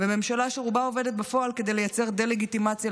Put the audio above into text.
זו ממשלה שברובה עובדת בפועל כדי לייצר דה-לגיטימציה.